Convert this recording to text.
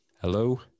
Hello